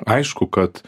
aišku kad